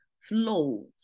flows